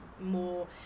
more